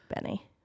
Benny